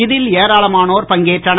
இதில் ஏராளமானோர் பங்கேற்றனர்